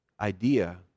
idea